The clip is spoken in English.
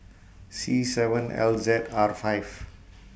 C seven L Z R five